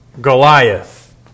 Goliath